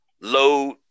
load